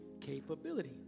capability